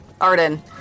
Arden